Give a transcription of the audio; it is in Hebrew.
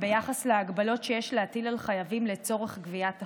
ביחס להגבלות שיש להטיל על חייבים לצורך גביית החוב.